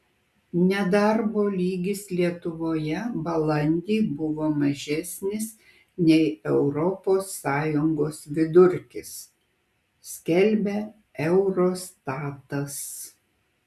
nedarbo lygis lietuvoje balandį buvo mažesnis nei europos sąjungos vidurkis skelbia eurostatas